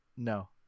No